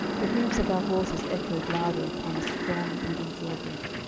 the hoofs of our horses echoed louder upon a strong wooden drawbridge,